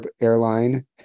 airline